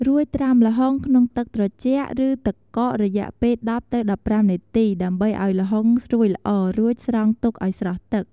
រួចត្រាំល្ហុងក្នុងទឹកត្រជាក់ ឬទឹកកករយៈពេល ១០-១៥ នាទី ដើម្បីឲ្យល្ហុងស្រួយល្អ រួចស្រង់ទុកឲ្យស្រស់ទឹក។